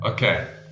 Okay